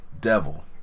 devil